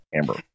Amber